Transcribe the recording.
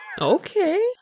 Okay